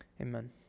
Amen